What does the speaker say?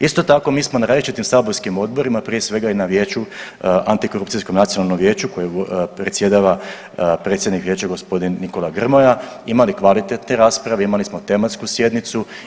Isto tako mi smo na različitim saborskim odborima prije svega i na vijeću antikorupcijskom nacionalnom vijeću kojim predsjedava predsjednik vijeća gospodin Nikola Grmoja imali kvalitetne rasprave, imali smo tematsku sjednicu.